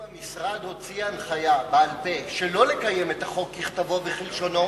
אם המשרד הוציא הנחיה בעל-פה שלא לקיים את החוק ככתבו וכלשונו,